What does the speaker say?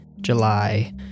July